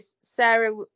Sarah